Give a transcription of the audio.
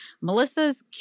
Melissa's